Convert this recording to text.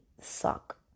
suck